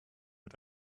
mit